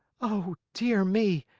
oh, dear me,